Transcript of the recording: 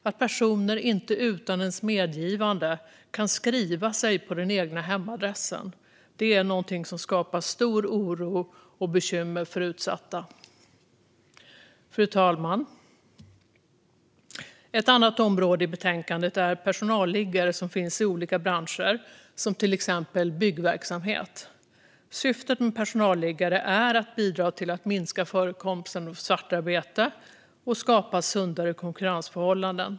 Att personer utan ens medgivande kan skriva sig på den egna hemadressen är något som skapar stor oro och bekymmer för utsatta. Fru talman! Ett annat område i betänkandet är personalliggare som finns i olika branscher, till exempel byggverksamhet. Syftet med personalliggare är att bidra till att minska förekomsten av svartarbete och att skapa sundare konkurrensförhållanden.